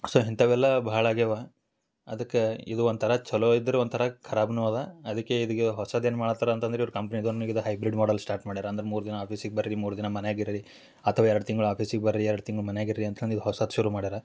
so ಇಂಥವೆಲ್ಲ ಭಾಳ ಆಗ್ಯಾವೆ ಅದಕ್ಕೆ ಇದು ಒಂಥರ ಚೊಲೋ ಇದ್ರೆ ಒಂಥರ ಖರಾಬೂ ಇದೆ ಅದಕ್ಕೆ ಇದ್ಕೆ ಹೊಸದು ಏನು ಮಾಡೋ ಹತ್ತಾರೆ ಅಂತಂದ್ರೆ ಇವ್ರ ಕಂಪ್ನಿ ಹೈಬ್ರಿಡ್ ಮಾಡಲ್ ಸ್ಟಾರ್ಟ್ ಮಾಡ್ಯಾರೆ ಅಂದ್ರೆ ಮೂರು ದಿನ ಆಫೀಸಿಗೆ ಬನ್ರಿ ಮೂರು ದಿನ ಮನೆಗ್ ಇರ್ರಿ ಅಥವಾ ಎರಡು ತಿಂಗ್ಳು ಆಫೀಸಿಗೆ ಬನ್ರಿ ಎರಡು ತಿಂಗಳು ಮನೆಗ್ ಇರ್ರಿ ಅಂತಂದು ಇದು ಹೊಸದು ಶುರು ಮಾಡ್ಯಾರೆ